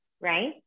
right